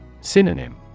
Synonym